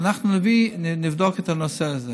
ואנחנו נבדוק את הנושא הזה.